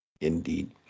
Indeed